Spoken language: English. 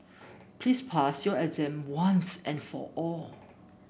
please pass your exam once and for all